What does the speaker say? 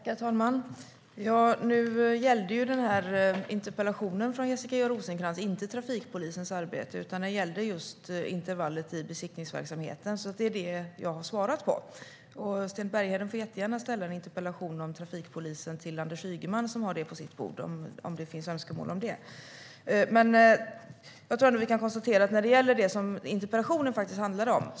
Herr talman! Nu gällde ju den här interpellationen från Jessica Rosencrantz inte trafikpolisens arbete utan intervallet i besiktningsverksamheten, och det är det jag har svarat på. Sten Bergheden får jättegärna ställa en interpellation om trafikpolisen till Anders Ygeman, som har detta på sitt bord. När det gäller det som interpellationen handlar om tror jag att vi är helt överens.